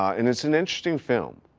and it's an interesting film.